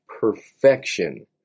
perfection